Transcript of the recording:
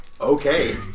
Okay